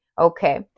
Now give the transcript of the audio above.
Okay